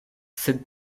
sed